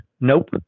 nope